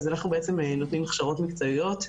אנחנו נותנים הכשרות מקצועיות.